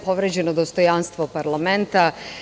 Povređeno dostojanstvo parlamenta.